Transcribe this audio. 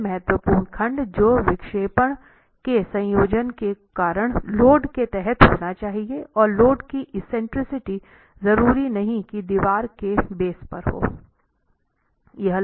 फिर महत्वपूर्ण खंड जो विक्षेपण के संयोजन के कारण लोड के तहत होना चाहिए और लोड की एक्सेंट्रिसिटी जरूरी नहीं कि दीवार के बेस पर हो